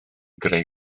greu